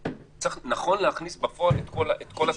נכון להכניס בפועל את כל הסעיף,